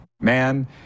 man